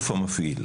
המפעיל,